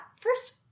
First